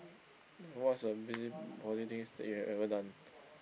ya what's a busybody things that you have ever done